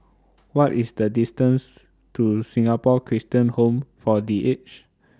What IS The distance to Singapore Christian Home For The Aged